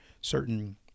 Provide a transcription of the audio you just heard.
certain